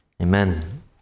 Amen